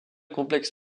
complexe